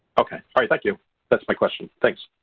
okay sorry thank you that's my question. thanks